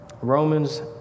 Romans